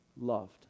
loved